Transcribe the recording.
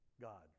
god